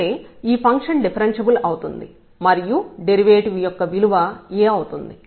అంటే ఈ function differentiable అవుతుంది మరియు డెరివేటివ్ యొక్క విలువ A అవుతుంది